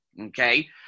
okay